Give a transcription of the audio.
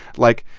like,